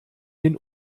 den